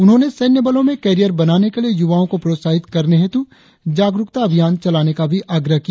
उन्होंने सैन्य बलो में कैरियर बनाने के लिए युवाओ को प्रोत्साहित करने हेतु जागरुकता अभियान चलाने का भी आग्रह किया